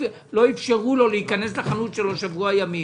אפשרו לו להיכנס לחנות שלו במשך שבוע ימים.